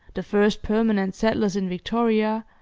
the first permanent settlers in victoria,